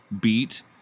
beat